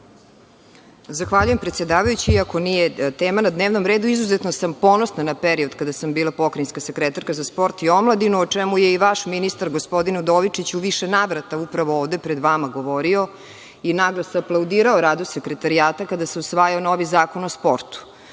Zahvaljujem, predsedavajući. Iako nije tema na dnevnom redu, izuzetno sam ponosna na period kada sam bila pokrajinska sekretarka za sport i omladinu, o čemu je i vaš ministar gospodin Udovičić u više navrata upravo ovde pred vama govorio i naglas aplaudirao radu sekretarijata, kada se usvajao novi Zakon o sportu.